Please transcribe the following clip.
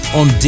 on